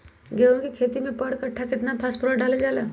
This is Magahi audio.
गेंहू के खेती में पर कट्ठा केतना फास्फोरस डाले जाला?